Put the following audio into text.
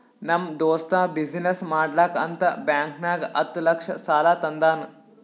ನಮ್ ದೋಸ್ತ ಬಿಸಿನ್ನೆಸ್ ಮಾಡ್ಲಕ್ ಅಂತ್ ಬ್ಯಾಂಕ್ ನಾಗ್ ಹತ್ತ್ ಲಕ್ಷ ಸಾಲಾ ತಂದಾನ್